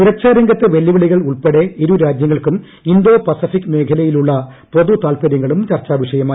സുരക്ഷാരംഗത്തെ വെല്ലുവിളികൾ ഉൾപ്പെടെ ഇരുരാജൃങ്ങൾക്കും ഇൻഡോ പസഫിക് മേഖലയിലുള്ള പൊതു താൽപ്പര്യങ്ങളും ചർച്ചയായി